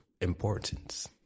importance